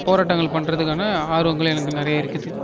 போராட்டங்கள் பண்ணுறதுக்கான ஆர்வங்கள் எனக்கு நிறைய இருக்குது